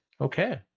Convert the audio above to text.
Okay